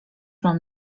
mam